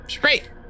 Great